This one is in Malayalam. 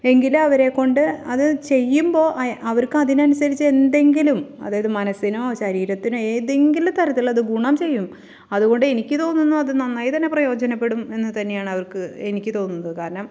എങ്കിലും അവരെക്കൊണ്ട് അതു ചെയ്യുമ്പോൾ അയ് അവർക്ക് അതിനനുസരിച്ച് എന്തെങ്കിലും അതായത് മനസ്സിനോ ശരീരത്തിനോ ഏതെങ്കിലും തരത്തിൽ അത് ഗുണം ചെയ്യും അതുകൊണ്ട് എനിക്ക് തോന്നുന്നു അതു നന്നായിത്തന്നെ പ്രയോജനപ്പെടും എന്നു തന്നെയാണ് അവർക്ക് എനിക്ക് തോന്നുന്നത് കാരണം